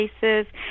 cases